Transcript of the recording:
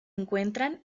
encuentran